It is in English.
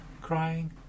crying